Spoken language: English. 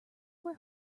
were